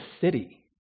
city